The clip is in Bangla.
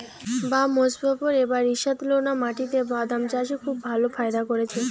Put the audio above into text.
বাঃ মোজফ্ফর এবার ঈষৎলোনা মাটিতে বাদাম চাষে খুব ভালো ফায়দা করেছে